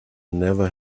never